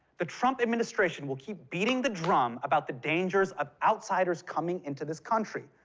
the trump administration will keep beating the drum about the dangers of outsiders coming into this country.